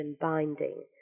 binding